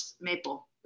maple